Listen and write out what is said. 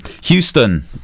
Houston